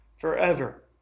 forever